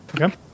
Okay